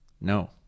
no